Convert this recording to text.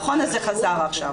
נכון, אז זה חזר עכשיו.